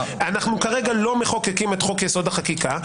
החקיקה.